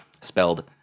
spelled